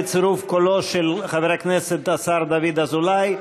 בצירוף קולו של חבר הכנסת השר דוד אזולאי,